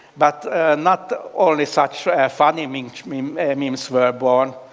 but not only such funny memes i mean memes were born,